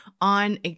on